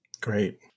great